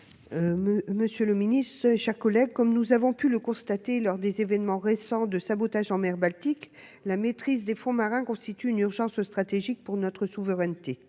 est à Mme Michelle Gréaume. Comme nous avons pu le constater lors des événements récents de sabotage en mer Baltique, la maîtrise des fonds marins constitue une urgence stratégique pour notre souveraineté.